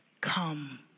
Come